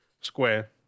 Square